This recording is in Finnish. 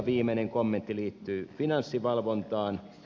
viimeinen kommentti liittyy finanssivalvontaan